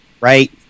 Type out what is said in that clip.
right